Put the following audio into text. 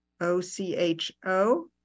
O-C-H-O